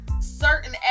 certain